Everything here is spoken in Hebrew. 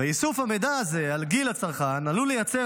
איסוף המידע הזה על גיל הצרכן עלול לייצר